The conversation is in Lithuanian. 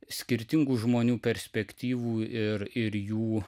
skirtingų žmonių perspektyvų ir ir jų